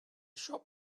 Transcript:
shop